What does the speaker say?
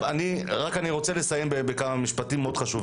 אני רוצה לסיים בכמה משפטים מאוד חשובים.